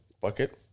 bucket